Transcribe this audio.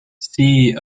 see